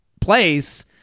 place